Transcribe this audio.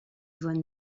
von